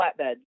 flatbed